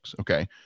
Okay